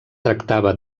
tractava